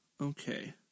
Okay